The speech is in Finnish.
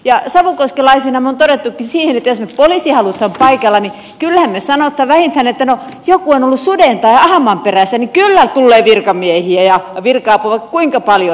savukoskelaisina me olemme todenneetkin siihen että jos me poliisin haluamme paikalle niin kyllähän me sanomme vähintään että joku on ollut suden tai ahman perässä kyllä tulee virkamiehiä ja virka apua vaikka kuinka paljon